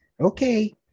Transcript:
Okay